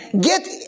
Get